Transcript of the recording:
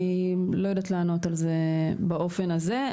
אני לא יודעת לענות על זה באופן הזה.